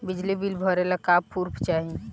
बिजली बिल भरे ला का पुर्फ चाही?